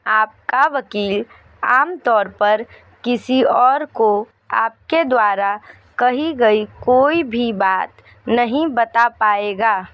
आपका वकील आमतौर पर किसी और को आपके द्वारा कही गई कोई भी बात नहीं बता पाएगा